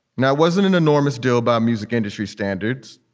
now, it wasn't an enormous deal about music industry standards.